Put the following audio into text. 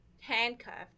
handcuffed